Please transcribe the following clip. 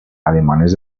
alemanes